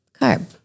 carb